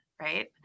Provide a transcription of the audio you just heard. Right